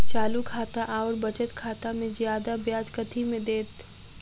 चालू खाता आओर बचत खातामे जियादा ब्याज कथी मे दैत?